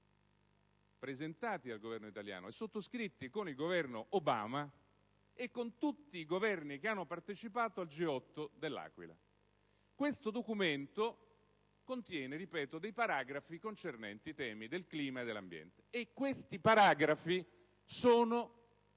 ripeto - dal Governo italiano e sottoscritti dal Governo Obama e da tutti i Governi che hanno partecipato al G8 dell'Aquila. Questo documento contiene alcuni paragrafi concernenti i temi del clima e dell'ambiente. Essi sono